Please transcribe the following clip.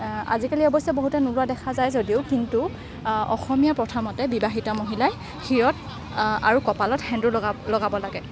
আজিকালি অৱশ্যে বহুতে নোলোৱা দেখা যায় কিন্তু অসমীয়া প্ৰথামতে বিবাহিত মহিলাই শিৰত আৰু কপালত সেন্দুৰ লগা লগাব লাগে